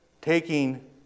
taking